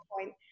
point